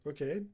Okay